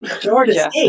Georgia